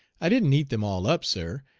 i didn't eat them all up, sir.